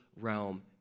realm